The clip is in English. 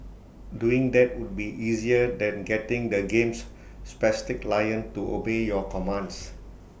doing that would be easier than getting the game's spastic lion to obey your commands